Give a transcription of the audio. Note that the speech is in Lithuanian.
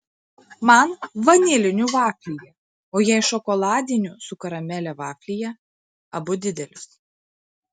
man vanilinių vaflyje o jai šokoladinių su karamele vaflyje abu didelius